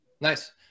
Nice